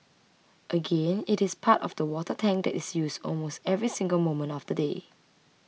again it is part of the water tank that is used almost every single moment of the day